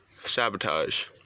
sabotage